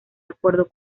acuerdo